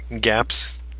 gaps